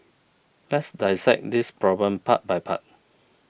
let's dissect this problem part by part